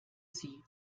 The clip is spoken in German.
sie